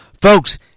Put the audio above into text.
Folks